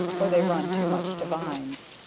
or they run too much to vines.